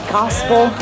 gospel